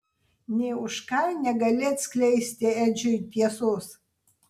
nė už ką negali atskleisti edžiui tiesos